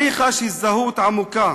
אני חש הזדהות עמוקה